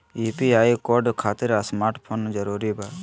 UPI code खातिर smart mobile जरूरी बा?